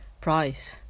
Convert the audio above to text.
Price